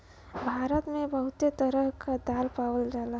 भारत मे बहुते तरह क दाल पावल जाला